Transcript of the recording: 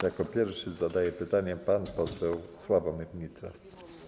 Jako pierwszy zadaje pytanie pan poseł Sławomir Nitras.